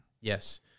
Yes